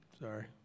Sorry